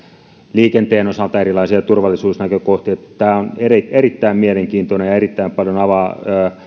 liikenteen osalta erilaisia turvallisuusnäkökohtia tämä on erittäin erittäin mielenkiintoinen ja avaa erittäin paljon